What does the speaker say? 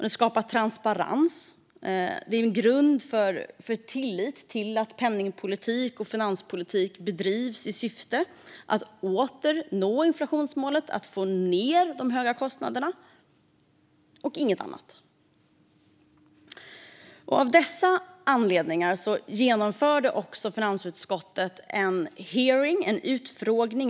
Det skapar transparens och är en grund för tillit till att penningpolitik och finanspolitik bedrivs i syfte att åter nå inflationsmålet och få ned de höga kostnaderna - inget annat. Av dessa anledningar genomförde finansutskottet en öppen utfrågning.